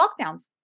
lockdowns